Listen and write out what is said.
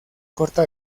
corta